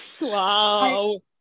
Wow